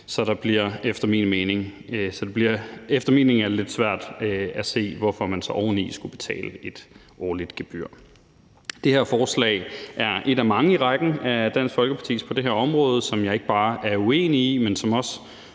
min mening er det lidt svært at se, hvorfor man så oveni skulle betale et årligt gebyr. Det her forslag er et af mange i rækken af Dansk Folkepartis forslag på det her område, som jeg ikke bare er uenig i, men som også